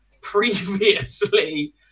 previously